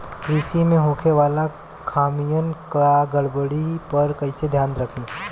कृषि में होखे वाला खामियन या गड़बड़ी पर कइसे ध्यान रखि?